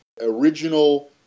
original